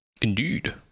Indeed